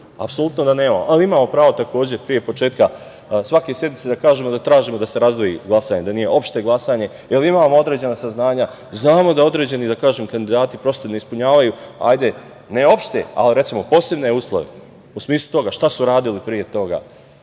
Apsolutno da nemamo, ali imamo pravo takođe pre početka svake sednice da kažemo da tražimo da se razdvoji glasanje, da nije opšte glasanje, jer imamo određena saznanja, znamo da određeni, da kažem, kandidati prosto ne ispunjavaju, hajde, ne opšte, ali recimo, posebne uslove, u smislu toga šta su radili pre toga,